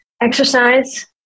Exercise